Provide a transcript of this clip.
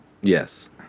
yes